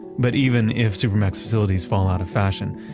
but even if supermax facilities fall out of fashion,